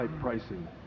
pricing